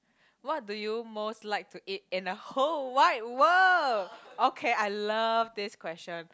what do you most like to eat in the whole wide world okay I love this question